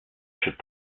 should